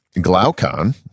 Glaucon